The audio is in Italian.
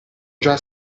già